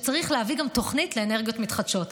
שצריך להביא גם תוכנית לאנרגיות מתחדשות.